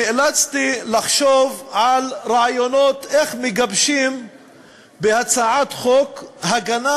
נאלצתי לחשוב על רעיונות איך מגבשים בהצעת חוק הגנה